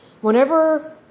whenever